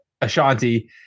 Ashanti